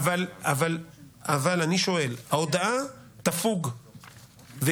אבל אני רוצה להזכיר לכולם שהזכות הזו של בחירות לרשות המקומית,